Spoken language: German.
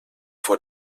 vor